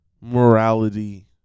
morality